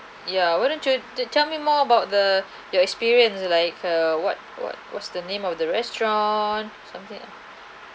ya wouldn't you did tell me more about the your experience like uh what what what's the name of the restaurant something like